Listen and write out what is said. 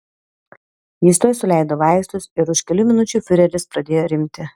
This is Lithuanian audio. jis tuoj suleido vaistus ir už kelių minučių fiureris pradėjo rimti